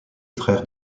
frère